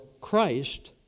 Christ